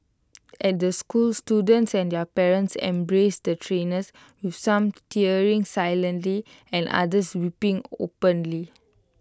at the school students and their parents embraced the trainers with some tearing silently and others weeping openly